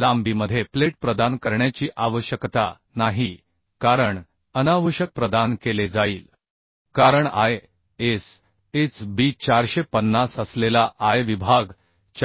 लांबीमध्ये प्लेट प्रदान करण्याची आवश्यकता नाही कारण अनावश्यक प्रदान केले जाईल कारण ISHB 450 असलेला I विभाग 461